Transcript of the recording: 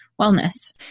wellness